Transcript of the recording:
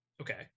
Okay